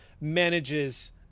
manages